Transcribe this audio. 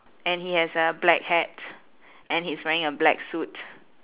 and he has a black hat and he's wearing a black suit